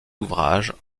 ouvrages